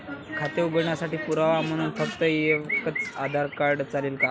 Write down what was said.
खाते उघडण्यासाठी पुरावा म्हणून फक्त एकच आधार कार्ड चालेल का?